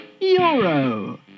euro